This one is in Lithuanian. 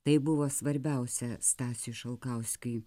tai buvo svarbiausia stasiui šalkauskiui